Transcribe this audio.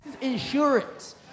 Insurance